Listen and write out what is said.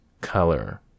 color